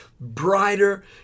brighter